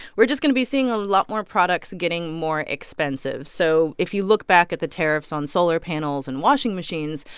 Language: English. we're just going to be seeing a lot more products getting more expensive. so if you look back at the tariffs on solar panels and washing machines,